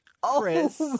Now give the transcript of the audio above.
Chris